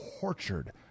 tortured